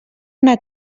una